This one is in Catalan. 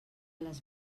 les